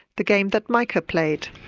the game that mica played.